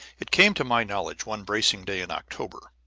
it came to my knowledge, one bracing day in october,